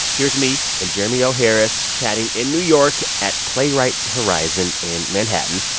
here's me and jeremy o. harris chatting in new york at playwrights horizon in manhattan,